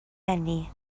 eni